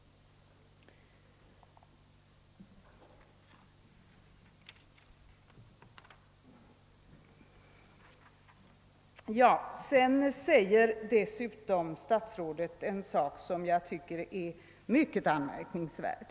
Statsrådet sade vidare någonting som jag finner mycket anmärkningsvärt.